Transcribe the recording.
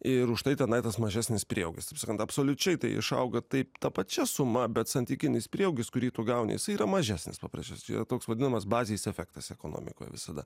ir užtai tenai tas mažesnis prieaugis taip sakant absoliučiai tai išauga taip ta pačia suma bet santykinis prieaugis kurį tu gauni jisai yra mažesnis paprasčiausiai tai yra toks vadinamas bazės efektas ekonomikoje visada